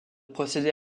procéder